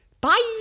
Bye